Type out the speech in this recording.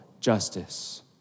justice